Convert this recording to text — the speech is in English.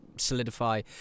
solidify